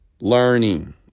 learning